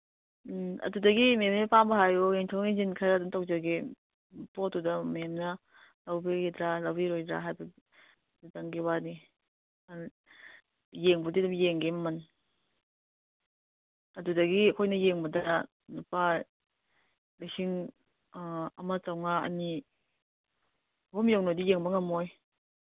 ꯎꯝ ꯑꯗꯨꯗꯒꯤ ꯃꯦꯝꯒꯤ ꯑꯄꯥꯝꯕ ꯍꯥꯏꯌꯣ ꯌꯦꯡꯊꯣꯛ ꯌꯦꯡꯖꯤꯟ ꯈꯔ ꯑꯗꯨꯝ ꯇꯧꯖꯒꯦ ꯄꯣꯠꯇꯨꯗ ꯃꯦꯝꯅ ꯂꯧꯕꯤꯒꯗ꯭ꯔꯥ ꯂꯧꯕꯤꯔꯣꯏꯗ꯭ꯔꯥ ꯍꯥꯏꯕꯗꯨꯗꯪꯒꯤ ꯋꯥꯅꯤ ꯌꯦꯡꯕꯨꯗꯤ ꯑꯗꯨꯝ ꯌꯦꯡꯒꯦ ꯃꯃꯟ ꯑꯗꯨꯗꯒꯤ ꯑꯩꯈꯣꯏꯅ ꯌꯦꯡꯕꯗ ꯂꯨꯄꯥ ꯂꯤꯁꯤꯡ ꯑꯃ ꯆꯧꯉꯥ ꯑꯅꯤ ꯑꯍꯨꯝ ꯌꯧꯅꯗꯤ ꯌꯦꯡꯕ ꯉꯝꯃꯣꯏ